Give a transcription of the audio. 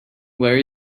where